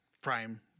Prime